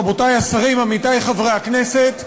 רבותי השרים, עמיתי חברי הכנסת,